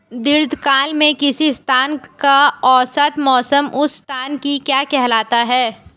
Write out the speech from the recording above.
दीर्घकाल में किसी स्थान का औसत मौसम उस स्थान की क्या कहलाता है?